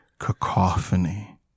cacophony